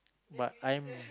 but I'm